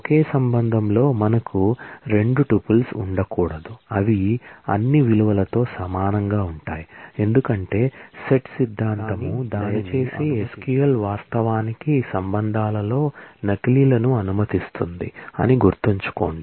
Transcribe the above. ఒకే relation లో మనకు 2 tuples ఉండకూడదు అవి అన్ని విలువలతో సమానంగా ఉంటాయి ఎందుకంటే సెట్ సిద్ధాంతం దానిని అనుమతించదు కాని దయచేసి SQL వాస్తవానికి రిలేషన్ లలో నకిలీలను అనుమతిస్తుంది అని గుర్తుంచుకోండి